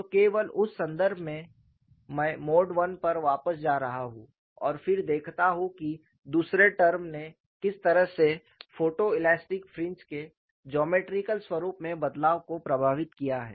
तो केवल उस संदर्भ में मैं मोड I पर वापस जा रहा हूं और फिर देखता हूं कि दूसरे टर्म ने किस तरह से फोटोलेस्टिक फ्रिंज के जोमेट्रिकल स्वरूप में बदलाव को प्रभावित किया है